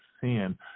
sin